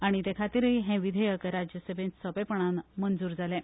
आनी ते खातीरूच हें विधेयक राज्य सभेंत सोंपेपणान मंजूर जालें